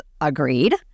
Agreed